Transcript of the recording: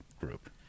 group